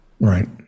right